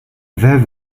veuve